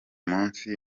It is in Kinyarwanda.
munsi